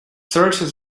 searches